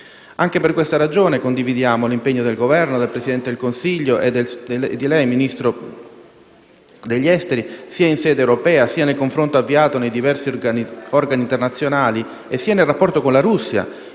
Anche per questa ragione condividiamo l'impegno del Governo, del Presidente del Consiglio e suo, signor Ministro degli affari esteri, sia in sede europea, sia nel confronto avviato nei diversi organi internazionali, sia nel rapporto con la Russia,